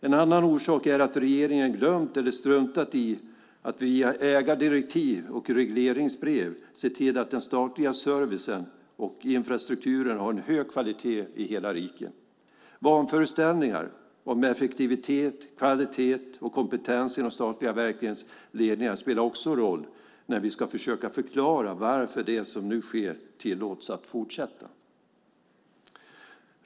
En annan orsak är att regeringen har glömt eller struntat i att via ägardirektiv och regleringsbrev se till att den statliga servicen och infrastrukturen har en hög kvalitet i hela riket. Vanföreställningar om effektivitet, kvalitet och kompetens i de statliga verkens ledningar spelar också roll när vi ska försöka förklara varför det som nu sker tillåts att fortsätta.